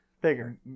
bigger